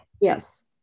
Yes